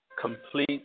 complete